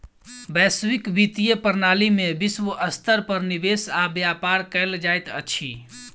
वैश्विक वित्तीय प्रणाली में विश्व स्तर पर निवेश आ व्यापार कयल जाइत अछि